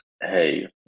hey